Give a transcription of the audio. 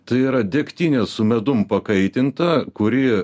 tai yra degtinė su medum pakaitinta kuri